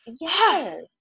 Yes